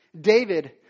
David